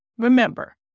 Remember